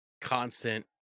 constant